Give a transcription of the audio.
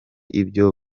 ibyo